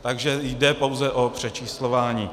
Takže jde pouze o přečíslování.